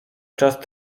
czas